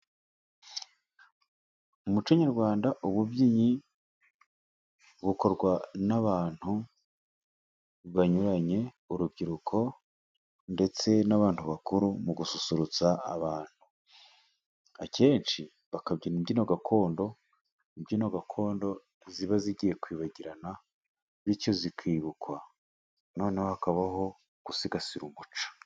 Mu muco Nyarwanda ububyinnyi bukorwa n'abantu banyuranye, urubyiruko ndetse n'abantu bakuru mu gususurutsa abantu, akenshi bakabyina imbyino gakondo, imbyino gakondo ziba zigiye kwibagirana, bityo zikibukwa noneho hakabaho gusigasira umuco.